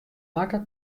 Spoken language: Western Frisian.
makke